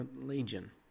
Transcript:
Legion